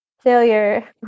failure